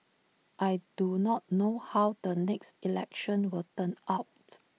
I do not know how the next election will turn out